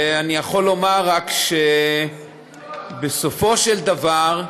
אני יכול לומר רק שבסופו של דבר,